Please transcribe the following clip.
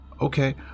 Okay